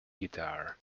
guitar